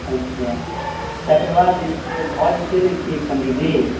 अच्छा तकर बाद जे छै भऽ जेतै ने ठीक पंडी जी